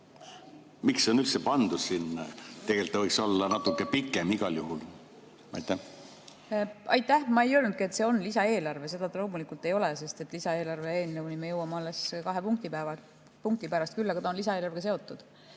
Miks see on üldse pandud sinna? Tegelikult see võiks olla natuke pikem igal juhul. Aitäh! Ma ei öelnudki, et see on lisaeelarve. Seda see loomulikult ei ole, sest lisaeelarve eelnõuni me jõuame alles kahe punkti pärast. Küll aga see on lisaeelarvega seotud.